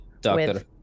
Doctor